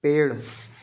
पेड़